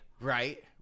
Right